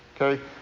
Okay